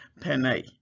Panay